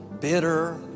bitter